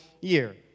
year